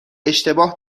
اشتباه